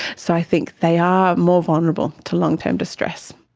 so i think they are more vulnerable to long-term distress.